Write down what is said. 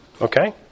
Okay